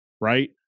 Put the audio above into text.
right